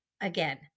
again